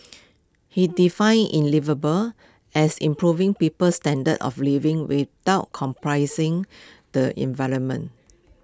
he defined in liveable as improving people's standards of living without comprising the environment